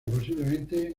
posiblemente